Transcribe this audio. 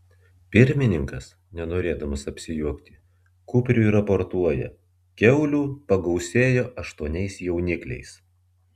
pirmininkas nenorėdamas apsijuokti kupriui raportuoja kiaulių pagausėjo aštuoniais jaunikliais